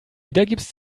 wiedergibst